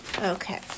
Okay